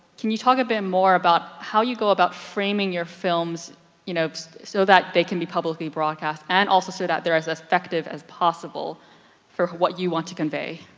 can you talk a bit more about how you go about framing your films you know so that they can be publicly broadcast and also so that they're as effective as possible for what you want to convey.